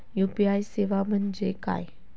UPI सेवा म्हणजे काय?